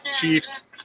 chief's